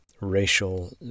racial